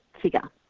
figure